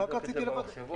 רק רציתי לוודא.